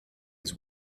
his